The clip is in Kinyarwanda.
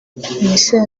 michel